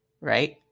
right